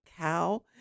Cow